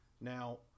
Now